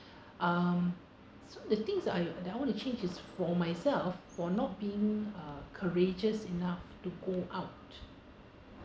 um so the things that I that I want to change is for myself for not being uh courageous enough to go out